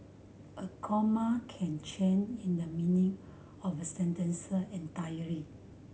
a comma can change in the meaning of a sentence entirely